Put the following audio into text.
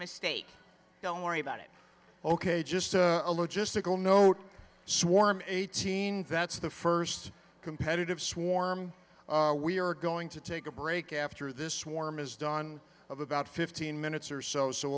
mistake don't worry about it ok just a logistical note swarm eighteen that's the first competitive swarm we are going to take a break after this swarm is done of about fifteen minutes or so so